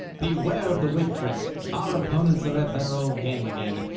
beware of the whig tricks. our opponents are at their old game again.